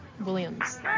Williams